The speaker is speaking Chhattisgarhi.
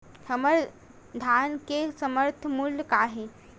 हमर धान के समर्थन मूल्य का हे?